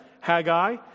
Haggai